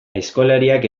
aizkolariak